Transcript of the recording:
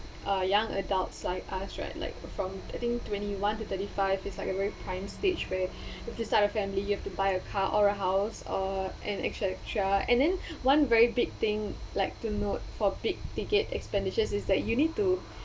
uh young adults like us right like from I think twenty-one to thirty-five is like a very prime stage where if you start a family you have to buy a car or a house or an extra extra and then one very big thing like to note for big ticket expenditures is that you need to